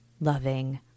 loving